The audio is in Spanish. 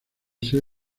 ser